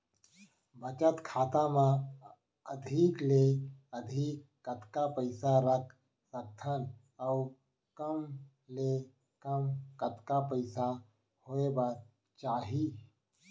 बचत खाता मा अधिक ले अधिक कतका पइसा रख सकथन अऊ कम ले कम कतका पइसा होय बर चाही?